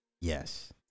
Yes